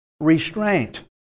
restraint